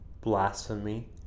blasphemy